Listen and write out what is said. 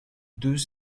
deux